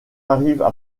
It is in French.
arrivent